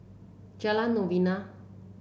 Jalan Novena